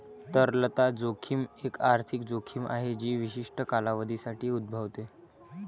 तरलता जोखीम एक आर्थिक जोखीम आहे जी विशिष्ट कालावधीसाठी उद्भवते